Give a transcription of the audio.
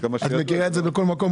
עד כמה --- את מכירה את זה בכל מקום,